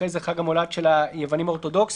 אחרי כן חג המולד של היוונים האורתודוכסים,